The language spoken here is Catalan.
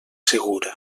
segura